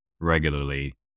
regularly